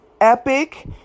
epic